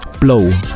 blow